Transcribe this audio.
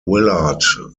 willard